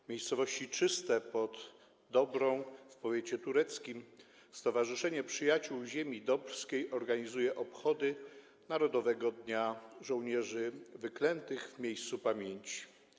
W miejscowości Czyste pod Dobrą w powiecie tureckim Stowarzyszenie Przyjaciół Ziemi Dobrskiej organizuje obchody Narodowego Dnia Pamięci Żołnierzy Wyklętych w miejscu pamięci.